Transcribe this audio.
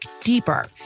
deeper